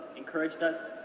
encouraged us,